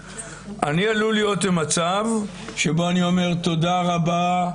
אני עלול להיות במצב שבו אני אומר: תודה רבה,